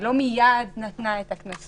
היא לא מייד נתנה את הקנסות,